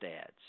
ads